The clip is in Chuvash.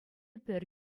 пӗр